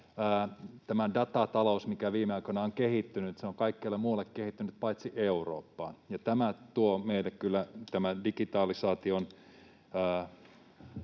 tämä datatalous, mikä viime aikoina on kehittynyt, on kaikkialla muualla kehittynyt paitsi Euroopassa, ja tämä digitalisaation